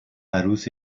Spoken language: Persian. عروس